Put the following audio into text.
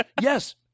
Yes